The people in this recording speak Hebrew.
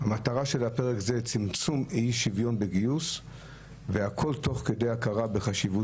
"המטרה של פרק זה צמצום אי השוויון בגיוס והכול תוך כדי הכרה בחשיבות